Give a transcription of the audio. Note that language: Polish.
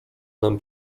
nam